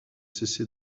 cessé